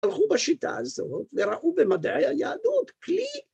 הלכו בשיטה הזאת וראו במדעי היהדות כלי...